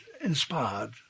inspired